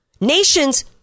Nations